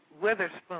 Witherspoon